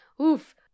Oof